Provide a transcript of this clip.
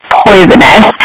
poisonous